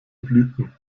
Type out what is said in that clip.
blüten